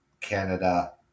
Canada